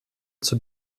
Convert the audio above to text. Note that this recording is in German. zur